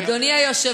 נא להוציא אותו.